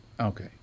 Okay